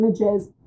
images